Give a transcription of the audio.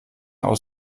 aus